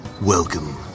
Welcome